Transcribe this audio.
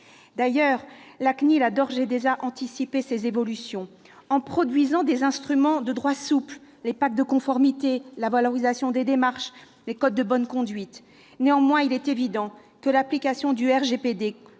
D'ailleurs, la CNIL a d'ores et déjà anticipé ces évolutions, en produisant des instruments de droit souple : les « packs de conformité », la valorisation des démarches, les codes de bonne conduite. Néanmoins, il est évident que l'application du RGPD,